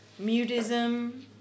mutism